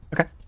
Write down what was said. Okay